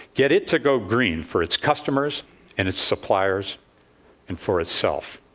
get it to go green for its customers and its suppliers and for itself.